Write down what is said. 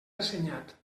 assenyat